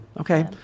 Okay